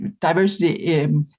diversity